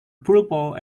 purple